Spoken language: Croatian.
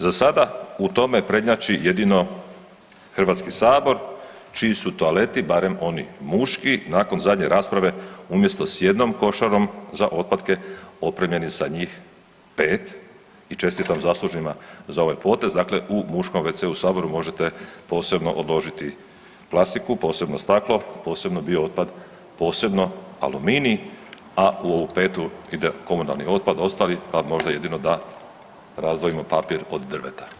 Za sada u tome prednjači jedino HS čiji su toaleti, barem oni muški, nakon zadnje rasprave, umjesto s jednom košarom za otpatke opremljeni sa njih 5 i čestitam zaslužnima za ovaj potez, dakle u muškom WC-u u Saboru možete posebno odložiti plastiku, posebno staklo, posebno biootpad, posebno aluminij, a u ovu 5. ide komunalni otpad, ostali, a možda jedino da razdvojimo papir od drveta.